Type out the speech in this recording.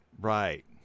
right